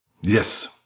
yes